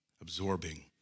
absorbing